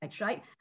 right